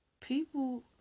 People